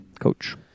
coach